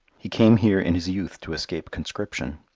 he came here in his youth to escape conscription.